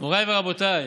מוריי ורבותיי,